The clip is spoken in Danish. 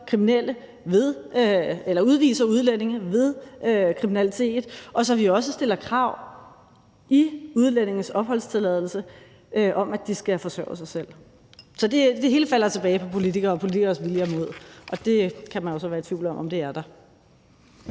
vi i højere grad udviser udlændinge ved kriminalitet, og sådan at vi også stiller krav i udlændinges opholdstilladelse om, at de skal forsørge sig selv. Så det hele falder tilbage på politikere og politikeres vilje og mod, og det kan man jo så være i tvivl om om er der.